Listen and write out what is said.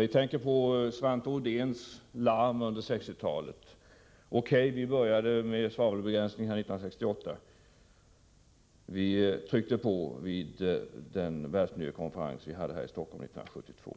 Jag tänker på Svante Odéns larm under 1960-talet, vi började med svavelbegränsning 1968 och vi tryckte på vid världsmiljökonferensen i Stockholm 1972.